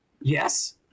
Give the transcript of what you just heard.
Yes